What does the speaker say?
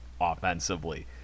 offensively